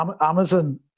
Amazon